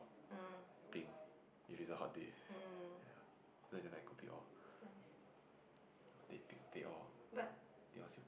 bing if it's a hot day ya no as in like kopi-O teh bing teh-O siew dai